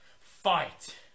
fight